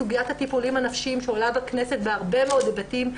סוגיית הטיפולים הנפשיים שעולה בכנסת בהרבה מאוד היבטים.